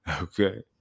Okay